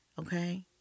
okay